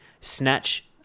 snatch